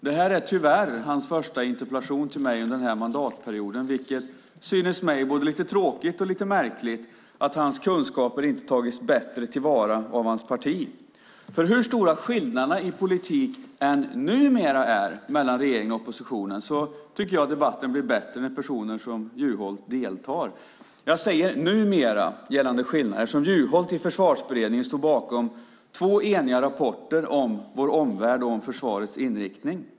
Det här är tyvärr hans första interpellation till mig under den här mandatperioden. Det synes mig både lite tråkigt och lite märkligt att hans kunskaper inte tagits bättre till vara av hans parti. Hur stora skillnaderna i politiken numera än är mellan regeringen och oppositionen tycker jag att debatten blir bättre när personer som Juholt deltar. Jag säger "numera" när det gäller skillnaderna eftersom Juholt i Försvarsberedningen stod bakom två eniga rapporter om vår omvärld och om försvarets inriktning.